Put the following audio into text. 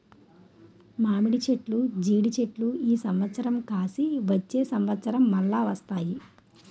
మామిడి చెట్లు జీడి చెట్లు ఈ సంవత్సరం కాసి వచ్చే సంవత్సరం మల్ల వస్తాయి